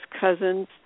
cousin's